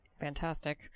Fantastic